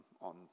on